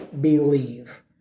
believe